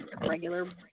regular